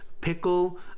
pickle